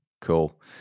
Cool